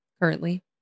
currently